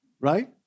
right